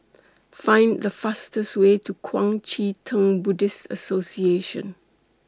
Find The fastest Way to Kuang Chee Tng Buddhist Association